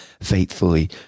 faithfully